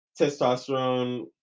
testosterone